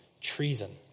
treason